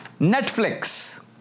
Netflix